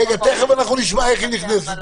תכף נשמע איך היא נכנסת.